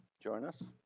join us.